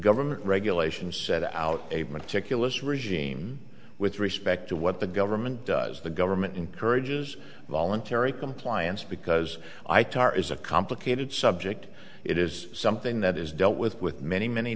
government regulations set out a meticulous regime with respect to what the government does the government encourages voluntary compliance because i tar is a complicated subject it is something that is dealt with with many many